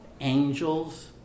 angels